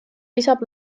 lisab